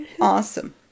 awesome